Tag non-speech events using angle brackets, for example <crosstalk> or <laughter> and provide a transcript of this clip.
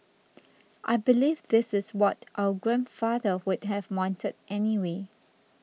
<noise> I believe this is what our grandfather would have wanted anyway